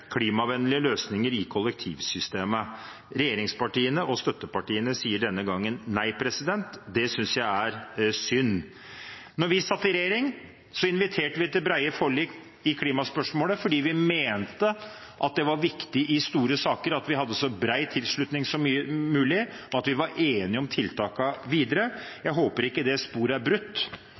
klimavennlige løsninger i kollektivsystemet. Regjeringspartiene og støttepartiene sier denne gangen nei – det syns jeg er synd. Da vi satt i regjering, inviterte vi til brede forlik i klimaspørsmålet fordi vi mente at det i store saker var viktig at vi hadde så bred tilslutning som mulig, og at vi var enige om tiltakene videre. Jeg håper ikke det sporet er brutt